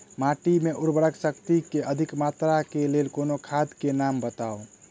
माटि मे उर्वरक शक्ति केँ अधिक मात्रा केँ लेल कोनो खाद केँ नाम बताऊ?